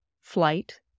Flight